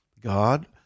God